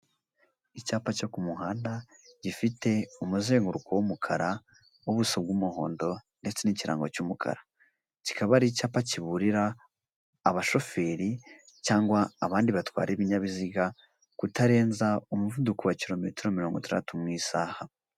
Icyapa cyo ku muhanda gifite umuzenguruko w'umukara, ubuso bw'umuhondo ndetse n'ikirango cy'umukara, kikaba ari icyapa kiburira abashoferi cyangwa abandi batwara ibinyabiziga, kutarenza umuvuduko wa kilometero mirongo itandatu mu isaha.